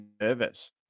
nervous